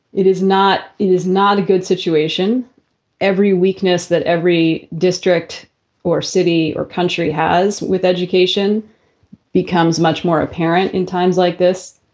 it is not. it is not a good situation every weakness that every district or city or country has with education becomes much more apparent in times like this.